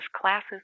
classes